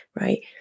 right